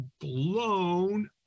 blown